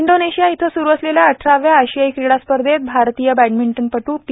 Indonesia इथं सुरु असलेल्या अठराव्या आशियाई क्रीडा स्पर्धेत भारतीय बॅडमिंटनपटू पी